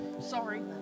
Sorry